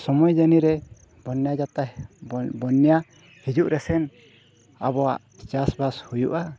ᱥᱚᱢᱚᱭ ᱡᱟᱹᱱᱤ ᱨᱮ ᱵᱚᱱᱱᱟ ᱡᱟᱛᱛᱨᱟ ᱵᱚᱱᱱᱟ ᱦᱤᱡᱩᱜ ᱨᱮᱥᱮ ᱟᱵᱚᱣᱟᱜ ᱪᱟᱥᱵᱟᱥ ᱦᱩᱭᱩᱜᱼᱟ